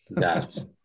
Yes